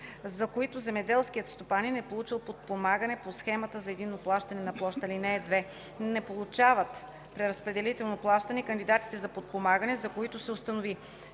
за които земеделският стопанин е получил подпомагане по Схемата за единно плащане на площ. (2) Не получават преразпределително плащане кандидатите за подпомагане, за които се установи,